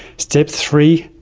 step three,